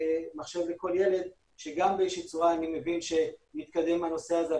מחשב לכל ילד שגם באיזה שהיא צורה אני מבין שהנושא הזה מתקדם,